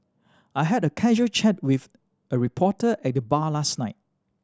I had a casual chat with a reporter at the bar last night